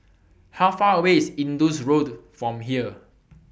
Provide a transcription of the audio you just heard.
How Far away IS Indus Road from here